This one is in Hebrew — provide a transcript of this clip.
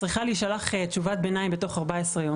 צריכה להישלח תשובת ביניים בתוך 14 ימים.